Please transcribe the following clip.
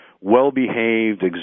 well-behaved